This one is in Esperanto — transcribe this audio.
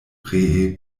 ree